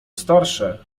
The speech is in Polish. starsze